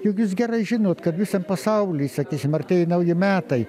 juk jūs gerai žinot kad visam pasauly sakysim artėja nauji metai